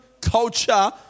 culture